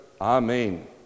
Amen